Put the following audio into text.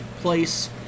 place